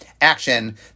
action